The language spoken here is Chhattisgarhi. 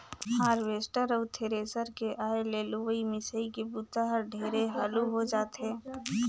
हारवेस्टर अउ थेरेसर के आए ले लुवई, मिंसई के बूता हर ढेरे हालू हो जाथे